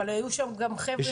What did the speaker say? אבל היו שם גם חבר'ה,